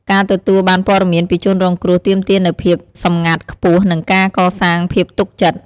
ការទទួលបានព័ត៌មានពីជនរងគ្រោះទាមទារនូវភាពសម្ងាត់ខ្ពស់ និងការកសាងភាពទុកចិត្ត។